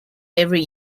every